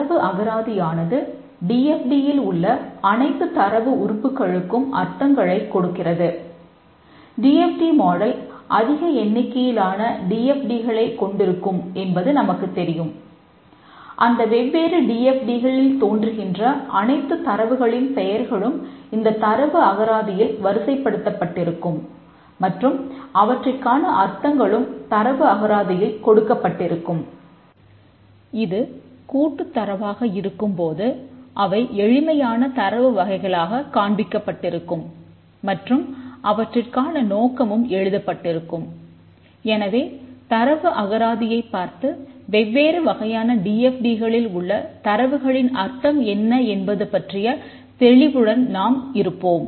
தரவு அகராதி ஆனது டி எஃப் டி களில் உள்ள தரவுகளின் அர்த்தம் என்ன என்பது பற்றிய தெளிவுடன் நாம் இருப்போம்